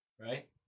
right